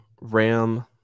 Ram